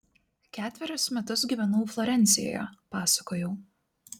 ketverius metus gyvenau florencijoje pasakojau